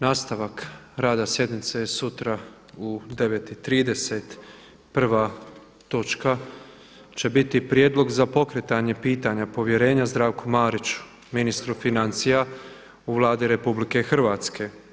Nastavak rada sjednice je sutra u 9,30. prva točka će biti Prijedlog za pokretanje pitanja povjerenja Zdravku Mariću, ministru financija u Vladi RH.